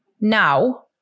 now